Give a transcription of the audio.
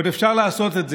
עוד אפשר לעשות את זה.